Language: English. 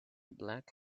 black